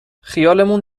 خیالمون